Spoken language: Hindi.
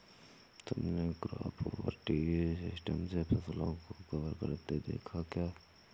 तुमने क्रॉप ओवर ट्री सिस्टम से फसलों को कवर करते देखा है क्या?